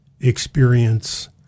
experience